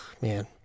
man